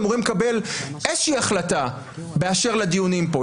אמורים לקבל איזה החלטה באשר לדיונים פה?